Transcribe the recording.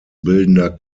bildender